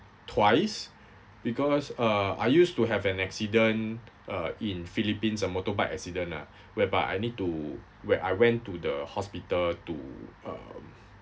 twice because uh I used to have an accident uh in philippines a motorbike accident lah whereby I need to when I went to the hospital to um